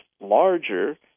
larger